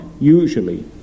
usually